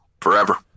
forever